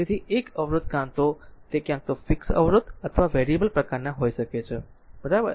તેથી એક અવરોધ કાં તો તે ક્યાં તો ફિક્સ્ડ અવરોધ અથવા વેરિયેબલ પ્રકારના હોઈ શકે છે બરાબર